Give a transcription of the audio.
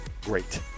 great